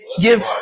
give